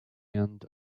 end